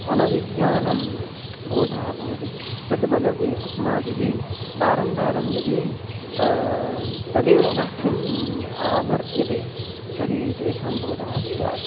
अनभिज्ञानं बोधः भवति तद्वदपि अस्माभिः वारं वारं यदि तदेव वाक्यम् आवर्त्यते तर्हि तेषां बोधः स्यात्